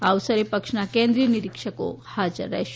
આ અવસરે પક્ષના કેન્દ્રીય નીરીક્ષકો હાજર રહેશે